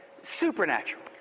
supernatural